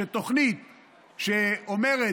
שאומרים: